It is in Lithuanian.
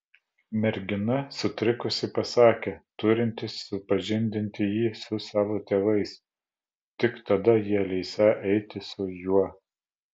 mergina sutrikusi pasakė turinti supažindinti jį su savo tėvais tik tada jie leisią eiti su juo